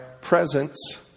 presence